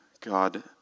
God